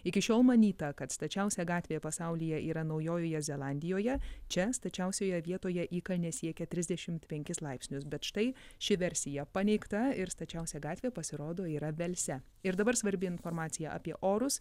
iki šiol manyta kad stačiausia gatvė pasaulyje yra naujojoje zelandijoje čia stačiausioje vietoje įkalnė siekia trisdešimt penkis laipsnius bet štai ši versija paneigta ir stačiausia gatvė pasirodo yra velse ir dabar svarbi informacija apie orus